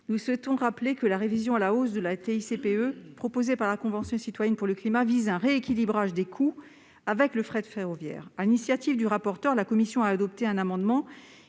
Nous souhaitons le rappeler, la révision à la hausse de la TICPE proposée par la Convention citoyenne pour le climat vise à rééquilibrer les coûts avec le fret ferroviaire. Sur l'initiative du rapporteur, la commission a adopté un amendement